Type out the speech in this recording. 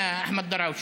שאהין, יא אחמד דראוושה,